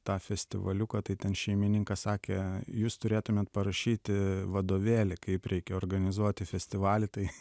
tą festivaliuką tai ten šeimininkas sakė jūs turėtumėt parašyti vadovėlį kaip reikia organizuoti festivalį tai